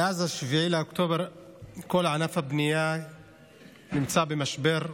מאז 7 באוקטובר כל ענף הבנייה נמצא במשבר.